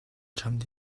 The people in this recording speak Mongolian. чамд